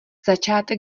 začátek